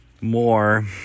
more